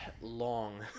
long